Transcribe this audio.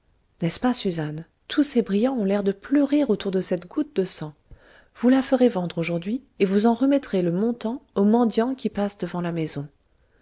n'est-ce pas suzanne tous ces brillants ont l'air de pleurer autour de cette goutte de sang vous la ferez vendre aujourd'hui et vous en remettrez le montant aux mendiants qui passent devant la maison